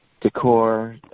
decor